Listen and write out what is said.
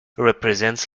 represents